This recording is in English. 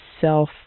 self